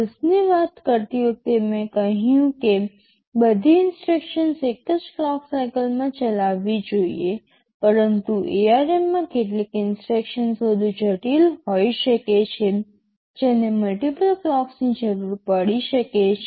RISC ની વાત કરતી વખતે મેં કહ્યું કે બધી ઇન્સટ્રક્શન્સ એક જ ક્લોક સાઇકલમાં ચલાવવી જોઈએ પરંતુ ARM માં કેટલીક ઇન્સટ્રક્શન્સ વધુ જટિલ હોઈ શકે છે તેને મલ્ટિપલ ક્લોકસની જરૂર પડી શકે છે